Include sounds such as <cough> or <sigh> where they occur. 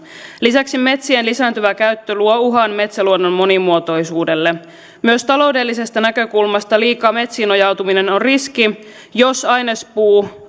lisäksi metsien lisääntyvä käyttö luo uhan metsäluonnon monimuotoisuudelle myös taloudellisesta näkökulmasta liika metsiin nojautuminen on riski jos ainespuu <unintelligible>